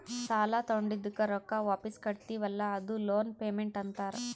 ಸಾಲಾ ತೊಂಡಿದ್ದುಕ್ ರೊಕ್ಕಾ ವಾಪಿಸ್ ಕಟ್ಟತಿವಿ ಅಲ್ಲಾ ಅದೂ ಲೋನ್ ಪೇಮೆಂಟ್ ಅಂತಾರ್